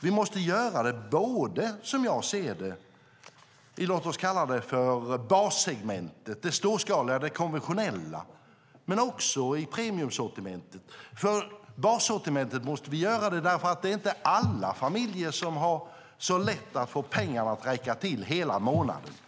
Vi måste göra det både i bassegmentet, det vill säga det storskaliga och konventionella, och i premiumsortimentet. I bassortimentet måste vi göra det därför att det inte är alla familjer som har så lätt att få pengarna att räcka till hela månaden.